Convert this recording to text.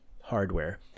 hardware